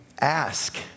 ask